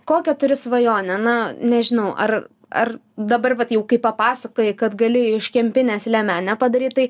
kokią turi svajonę na nežinau ar ar dabar vat jau kai papasakojai kad gali iš kempinės liemenę padaryt tai